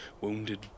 wounded